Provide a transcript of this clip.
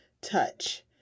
touch